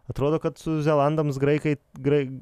atrodo kad su zelandams graikai grai